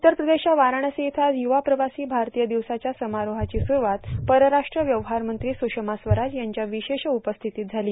उत्तर प्रदेशच्या वाराणसी इथं आज युवा प्रवासी भारतीय दिवसाच्या समारोहाची सुरूवात परराष्ट्र व्यवहार मंत्री सुषमा स्वराज यांच्या विशेष उपस्थितीत झाली